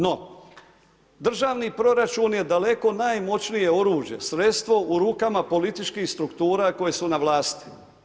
No, državni proračun je daleko najmoćnije oružje, sredstvo u rukama političkih struktura koje su na vlasti.